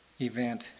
event